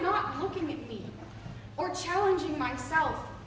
not looking at me or challenging myself